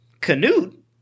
Canute